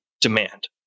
demand